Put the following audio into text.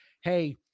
Hey